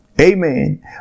Amen